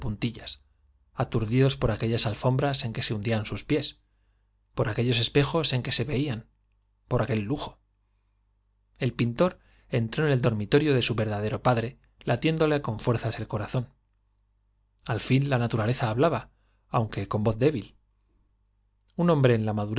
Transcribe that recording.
aturdidos por aquellas alfombras en que se hundían sus pies por aquellos espejos en que se veían por aquel lujo el pintor entró en el dormi torio de su verdadero padre latiéndole con fuerza el corazón j al fin la naturaleza hablaba aunque con voz débil un hombre en la